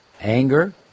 anger